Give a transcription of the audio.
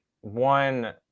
one